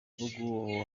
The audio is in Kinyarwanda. bwo